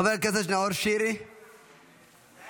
חבר הכנסת נאור שירי, מוותר,